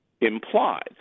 Implied